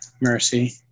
mercy